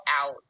out